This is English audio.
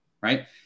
right